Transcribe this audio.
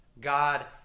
God